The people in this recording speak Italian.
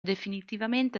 definitivamente